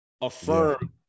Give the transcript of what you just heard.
Affirm